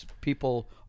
People